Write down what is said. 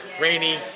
rainy